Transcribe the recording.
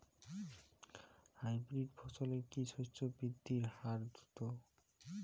Hybrid ফসলের কি শস্য বৃদ্ধির হার দ্রুত?